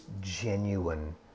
genuine